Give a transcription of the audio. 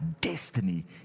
destiny